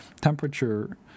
temperature